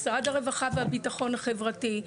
משרד הרווחה והביטחון החברתי,